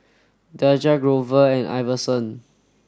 Daja Grover and Iverson